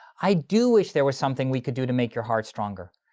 i do wish there was something we could do to make your heart stronger,